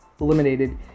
eliminated